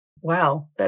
Wow